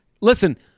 listen